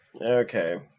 Okay